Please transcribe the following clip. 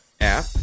app